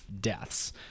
deaths